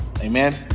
Amen